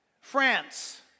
France